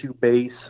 base